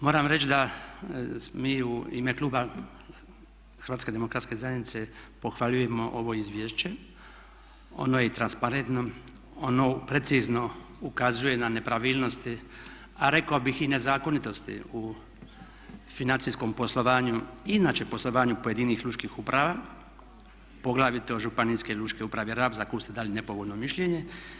Moram reći da mi u ime kluba HDZ-a pohvaljujemo ovo izvješće, ono je transparentno, ono precizno ukazuje na nepravilnosti, a rekao bih i nezakonitosti u financijskom poslovanju i inače poslovanju pojedinih lučkih uprava poglavito Županijske lučke uprave Rab za koju ste dali nepovoljno mišljenje.